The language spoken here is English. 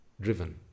driven